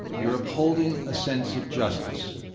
you're upholding a sense of justice.